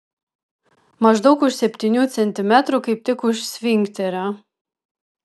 maždaug už septynių centimetrų kaip tik už sfinkterio